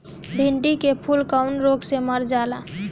भिन्डी के फूल कौने रोग से मर जाला?